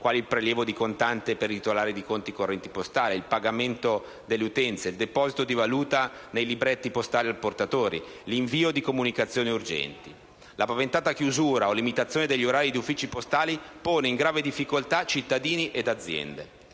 quali il prelievo di contante per i titolari di conti correnti postali, il pagamento delle utenze, il deposito di valuta nei libretti postali al portatore, l'invio di comunicazioni urgenti. La paventata chiusura o la limitazione degli orari degli uffici postali pone in gravi difficoltà cittadini ed aziende.